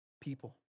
people